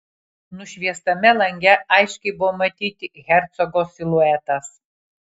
nušviestame lange aiškiai buvo matyti hercogo siluetas